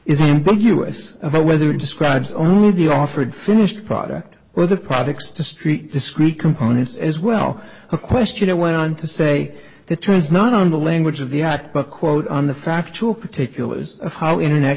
is ambiguous about whether it describes only the offered finished product where the products to st discrete components as well the question it went on to say that turns not on the language of the act but quote on the factual particulars of how internet